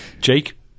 Jake